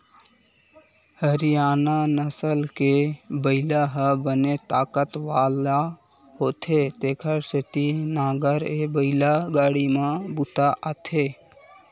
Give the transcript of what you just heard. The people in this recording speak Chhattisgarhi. हरियाना नसल के बइला ह बने ताकत वाला होथे तेखर सेती नांगरए बइला गाड़ी म बूता आथे